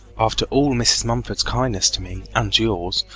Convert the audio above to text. after all mrs. mumford's kindness to me, and yours,